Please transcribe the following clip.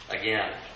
again